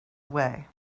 away